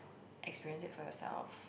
experience it for yourself